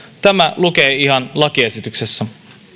tämä lukee ihan lakiesityksessä